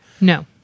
No